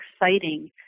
exciting